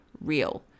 real